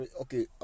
okay